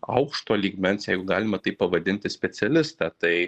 aukšto lygmens jeigu galima taip pavadinti specialistą tai